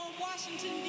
Washington